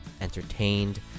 entertained